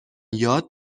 یاد